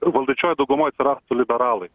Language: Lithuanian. valdančiojoj daugumoj atsiras liberalai